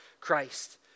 Christ